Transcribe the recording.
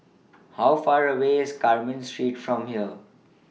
How Far away IS Carmen Street from here